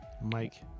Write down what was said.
Mike